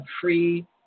free